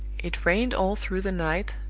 it rained all through the night,